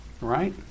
right